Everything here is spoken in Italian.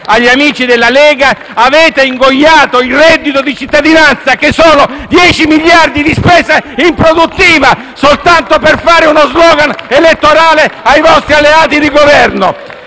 agli amici della Lega: avete ingoiato il reddito di cittadinanza, che sono 10 miliardi di spesa improduttiva, soltanto per consentire ai vostri alleati di Governo